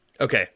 okay